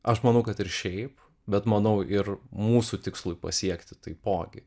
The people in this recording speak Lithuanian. aš manau kad ir šiaip bet manau ir mūsų tikslui pasiekti taipogi